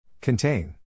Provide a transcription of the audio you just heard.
Contain